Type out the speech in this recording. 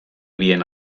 bien